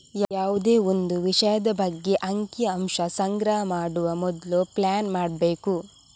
ಯಾವುದೇ ಒಂದು ವಿಷಯದ ಬಗ್ಗೆ ಅಂಕಿ ಅಂಶ ಸಂಗ್ರಹ ಮಾಡುವ ಮೊದ್ಲು ಪ್ಲಾನ್ ಮಾಡ್ಬೇಕು